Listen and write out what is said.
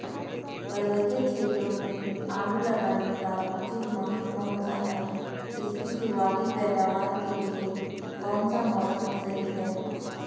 पर्वतीय क्षेत्रों में आलू लगाने का उचित माह कौन सा है इसकी शुरुआती पैदावार के लिए कौन सा मौसम सही है?